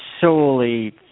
solely